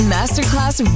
Masterclass